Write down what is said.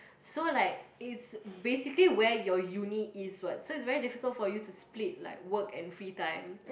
so like it's basically where your uni is what so it's very difficult for you to split like work and free time